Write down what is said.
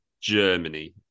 Germany